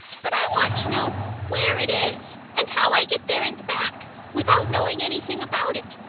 but i want to know where it is and how i get there and back without knowing anything about it.